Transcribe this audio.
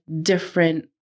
different